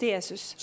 Jesus